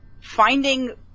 finding